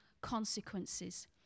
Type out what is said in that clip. consequences